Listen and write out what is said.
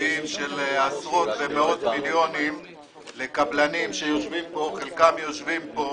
תקציביים של עשרות ומאות מיליוני שקלים לקבלנים שחלקם יושבים כאן.